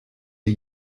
dir